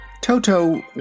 Toto